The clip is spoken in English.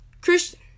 Christian